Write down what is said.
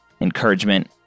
encouragement